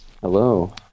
Hello